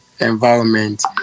environment